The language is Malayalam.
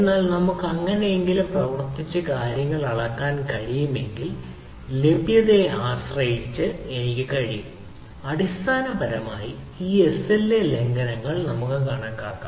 എന്നാൽ നമുക്ക് എങ്ങനെയെങ്കിലും ഇത്തരത്തിലുള്ള കാര്യങ്ങൾ അളക്കാൻ കഴിയുമെങ്കിൽ ലഭ്യതയെ ആശ്രയിച്ച് എനിക്ക് കഴിയും അടിസ്ഥാനപരമായി ഈ എസ്എൽഎ ലംഘനങ്ങൾ കണക്കാക്കാം